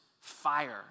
fire